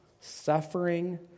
suffering